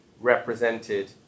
represented